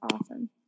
awesome